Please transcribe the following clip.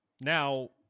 Now